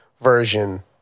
version